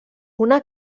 una